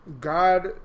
God